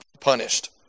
punished